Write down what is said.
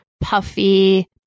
puffy